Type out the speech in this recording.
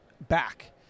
back